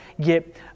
get